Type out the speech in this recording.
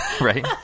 right